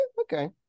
okay